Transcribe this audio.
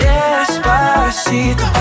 Despacito